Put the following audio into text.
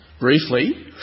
briefly